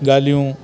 ॻाल्हियूं